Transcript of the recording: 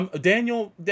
Daniel